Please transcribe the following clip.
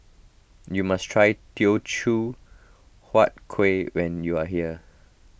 you must try Teochew Huat Kueh when you are here